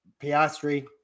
Piastri